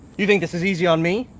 you think this is easy on me!